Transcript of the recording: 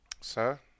Sir